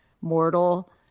mortal